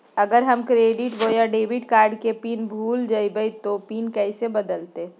अगर हम क्रेडिट बोया डेबिट कॉर्ड के पिन भूल जइबे तो पिन कैसे बदलते?